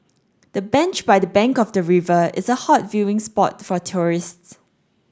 the bench by the bank of the river is a hot viewing spot for tourists